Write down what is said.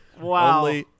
Wow